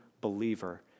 believer